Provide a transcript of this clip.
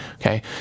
Okay